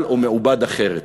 (ראש האופוזיציה),